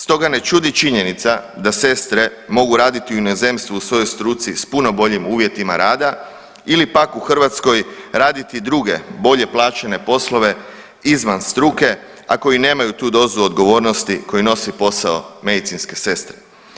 Stoga ne čudi činjenica da sestre mogu raditi u inozemstvu u svojoj struci s puno boljim uvjetima rada ili pak u Hrvatskoj raditi druge bolje plaćene poslove izvan struke a koji nemaju tu dozu odgovornosti koji nosi posao medicinske sestre.